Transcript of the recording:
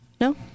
No